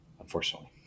Unfortunately